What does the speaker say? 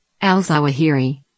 Al-Zawahiri